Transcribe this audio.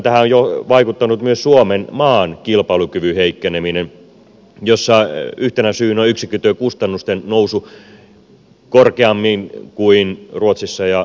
tähän on vaikuttanut osittain myös suomen maan kilpailukyvyn heikkeneminen jossa yhtenä syynä on yksikkötyökustannusten nousu nopeammin kuin ruotsissa ja saksassa